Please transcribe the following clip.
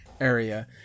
area